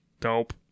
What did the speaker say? Dope